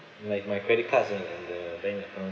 like my credit cards and the bank account